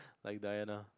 like Diana